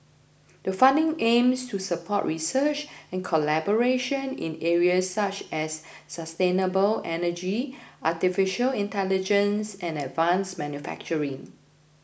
the funding aims to support research and collaboration in areas such as sustainable energy Artificial Intelligence and advanced manufacturing